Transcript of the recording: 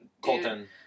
Colton